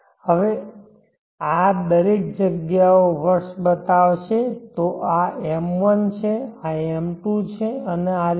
હવે આ દરેક જગ્યાઓ વર્ષ બતાવશે તો આ m1 છે આ m2 છે અને આ રીતે